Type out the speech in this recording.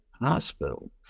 hospital